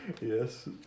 Yes